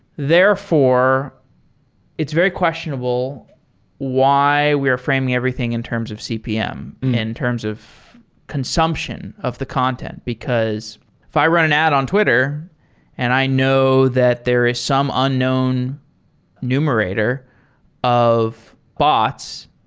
therefore it's very questionable why we're framing everything in terms of cpm, in terms of consumption of the content, because if i ran an ad on twitter and i know that there is some unknown numerator of bots,